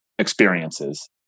Experiences